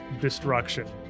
destruction